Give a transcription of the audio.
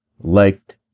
liked